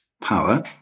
power